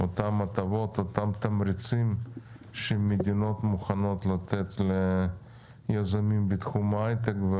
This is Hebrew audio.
- אותן הטבות ותמריצים שמדינות מוכנות לתת ליזמים בתחום ההייטק.